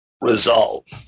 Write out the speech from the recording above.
result